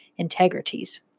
integrities